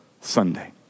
Sunday